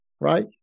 Right